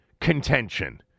contention